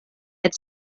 had